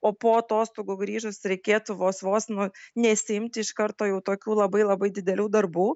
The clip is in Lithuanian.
o po atostogų grįžus reikėtų vos vos nu nesiimti iš karto jau tokių labai labai didelių darbų